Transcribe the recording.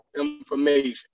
information